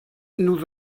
nous